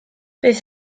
bydd